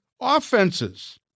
offenses